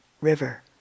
river